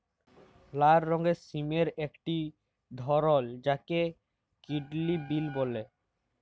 লাল রঙের সিমের একটি ধরল যাকে কিডলি বিল বল্যে